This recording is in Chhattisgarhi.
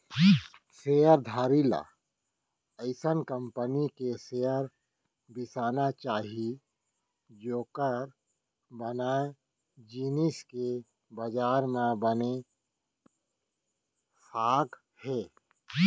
सेयर धारी ल अइसन कंपनी के शेयर बिसाना चाही जेकर बनाए जिनिस के बजार म बने साख हे